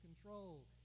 control